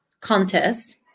Contest